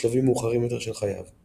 בשלבים מאוחרים יותר של חייו.